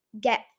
get